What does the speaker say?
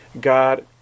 God